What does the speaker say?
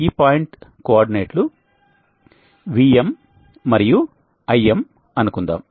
ఈ point coordinate లు VM మరియు IM అనుకుందాం